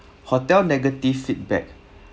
hotel negative feedback